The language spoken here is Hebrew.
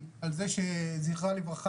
יורם,